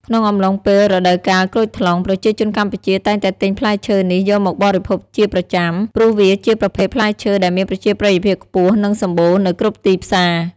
ក្នុងអំឡុងពេលរដូវកាលក្រូចថ្លុង ប្រជាជនកម្ពុជាតែងតែទិញផ្លែឈើនេះយកមកបរិភោគជាប្រចាំ ព្រោះវាជាប្រភេទផ្លែឈើដែលមានប្រជាប្រិយភាពខ្ពស់ និងសម្បូរនៅគ្រប់ទីផ្សារ។